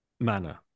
manner